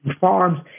farms